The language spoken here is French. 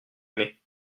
aimé